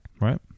Right